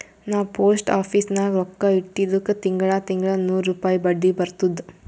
ನಾ post office ನಾಗ್ ರೊಕ್ಕಾ ಇಟ್ಟಿದುಕ್ ತಿಂಗಳಾ ತಿಂಗಳಾ ನೂರ್ ರುಪಾಯಿ ಬಡ್ಡಿ ಬರ್ತುದ್